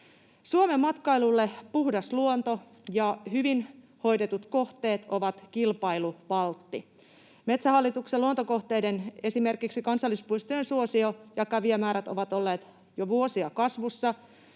Suomen matkailulle puhdas luonto ja hyvin hoidetut kohteet ovat kilpailuvaltti. Metsähallituksen luontokohteiden, esimerkiksi kansallispuistojen, suosio ja kävijämäärät ovat olleet jo vuosia kasvussa,